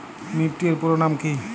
Nifty এর পুরোনাম কী?